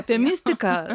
apie mistiką